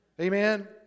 Amen